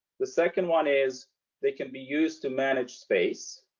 the second one is they can be used to manage space.